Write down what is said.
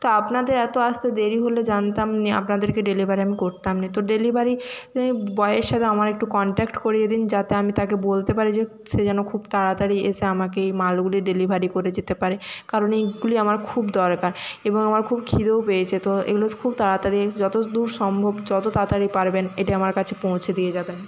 তো আপনাদের এতো আসতে দেরি হলে জানতাম নি আপনাদেরকে ডেলিভারি আমি করতাম নি তো ডেলিভারি বয়ের সাথে আমার একটু কন্টাক্ট করিয়ে দিন যাতে আমি তাকে বলতে পারি যে সে যেন খুব তাড়াতাড়ি এসে আমাকে এই মালগুলি ডেলিভারি করে যেতে পারে কারণ এইগুলি আমার খুব দরকার এবং আমার খুব খিদেও পেয়েছে তো এগুলো খুব তাড়াতাড়ি যতদূর সম্ভব যত তাড়াতাড়ি পারবেন এটি আমার কাছে পৌঁছে দিয়ে যাবেন